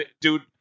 dude